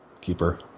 keeper